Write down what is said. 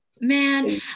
Man